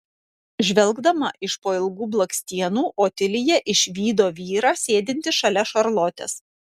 žvelgdama iš po ilgų blakstienų otilija išvydo vyrą sėdintį šalia šarlotės